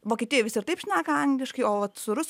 vokietijoje visi taip šneka angliškai o su rusiš